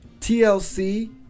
TLC